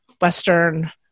Western